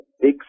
big